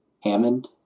Hammond